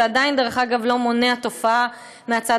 דרך אגב, זה עדיין לא מונע תופעה מהצד